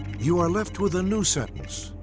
you are left with a new sentence.